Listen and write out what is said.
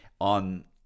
on